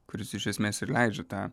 kuris iš esmės ir leidžia tą